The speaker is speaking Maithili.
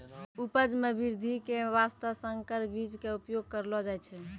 उपज मॅ वृद्धि के वास्तॅ संकर बीज के उपयोग करलो जाय छै